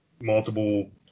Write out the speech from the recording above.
Multiple